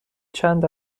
چند